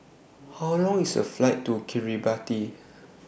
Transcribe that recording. How Long IS The Flight to Kiribati